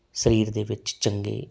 ਸਰੀਰ ਦੇ ਵਿੱਚ ਚੰਗੇ